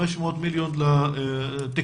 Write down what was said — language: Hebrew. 500 מיליון לתקשוב.